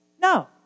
No